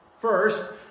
first